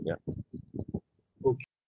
ya